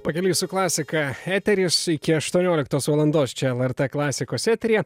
pakeliui su klasika eteris iki aštuonioliktos valandos čia lrt klasikos eteryje